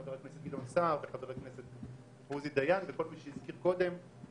חבר הכנסת גדעון סער וחבר הכנסת עוזי דיין וכל מי שהזכיר קודם.